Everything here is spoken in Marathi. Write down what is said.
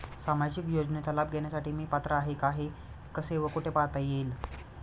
सामाजिक योजनेचा लाभ घेण्यास मी पात्र आहे का हे कसे व कुठे पाहता येईल?